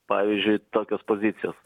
pavyzdžiui tokios pozicijos